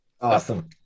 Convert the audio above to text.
Awesome